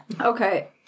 okay